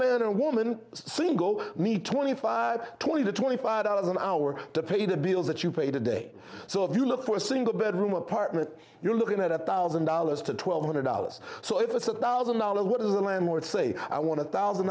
man or woman single me twenty five twenty to twenty five dollars an hour to pay the bills that you pay today so if you look for a single bedroom apartment you're looking at a thousand dollars to twelve hundred dollars so if it's a thousand dollars what does the landlord say i want a thousand